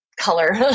color